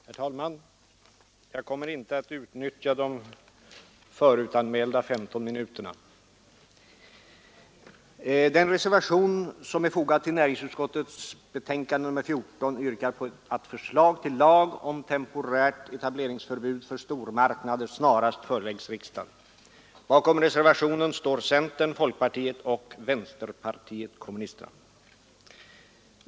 Herr talman! Jag kommer inte att utnyttja de förhandsanmälda 15 minuterna. Den reservation som är fogad till näringsutskottets betänkande nr 14 yrkar på att förslag till lag om temporärt etableringsförbud för stormarknader snarast föreläggs riksdagen. Bakom reservationen står centern, folkpartiet och vänsterpartiet kommunisterna.